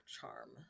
charm